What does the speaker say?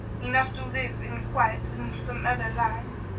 enough to live in quiet in some other land,